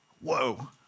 Whoa